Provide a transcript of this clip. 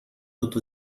tot